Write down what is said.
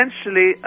essentially